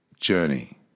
journey